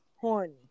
horny